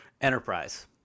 enterprise